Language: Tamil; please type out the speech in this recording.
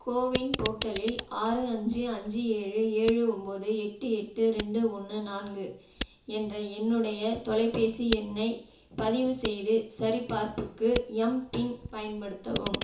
கோவின் போர்ட்டலில் ஆறு அஞ்சு அஞ்சு ஏழு ஏழு ஒம்பது எட்டு எட்டு ரெண்டு ஒன்று நான்கு என்ற என்னுடைய தொலைபேசி எண்ணைப் பதிவு செய்து சரிபார்ப்புக்கு எம்பின் பயன்படுத்தவும்